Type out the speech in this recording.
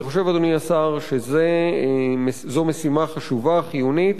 אני חושב, אדוני השר, שזו משימה חשובה, חיונית,